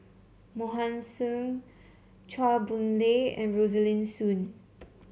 Mohan Singh Chua Boon Lay and Rosaline Soon